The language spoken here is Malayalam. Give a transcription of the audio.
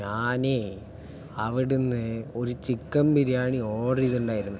ഞാനേ അവിടുന്ന് ഒരു ചിക്കൻ ബിരിയാണി ഓർഡർ ചെയ്തിട്ടുണ്ടായിരുന്നു